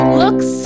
looks